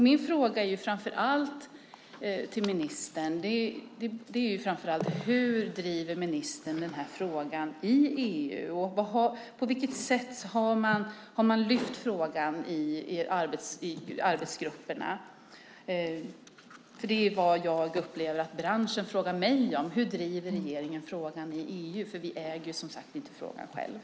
Vad jag framför allt vill fråga är hur ministern driver frågan i EU. På vilket sätt har frågan lyfts fram i arbetsgrupperna? Det jag upplever att branschen frågar mig om är just hur regeringen driver frågan i EU. Vi äger, som sagt, inte frågan själva.